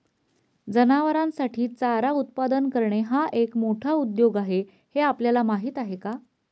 जनावरांसाठी चारा उत्पादन करणे हा एक मोठा उद्योग आहे हे आपल्याला माहीत आहे का?